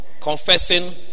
confessing